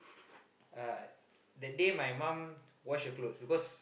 uh that day my mom wash her clothes because